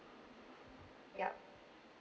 yup